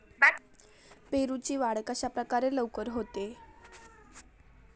पेरूची वाढ कशाप्रकारे लवकर होते?